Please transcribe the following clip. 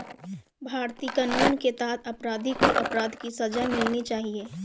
भारतीय कानून के तहत अपराधी को अपराध की सजा मिलनी चाहिए